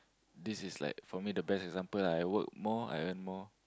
this is like for me the best example [ah]I work more I earn more